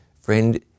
Friend